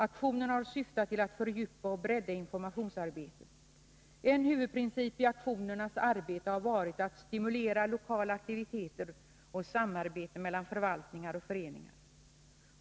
Aktionerna har syftat till att fördjupa och bredda informationsarbetet. En huvudprincip i aktionernas arbete har varit att stimulera lokala aktiviteter och samarbete mellan förvaltningar och föreningar.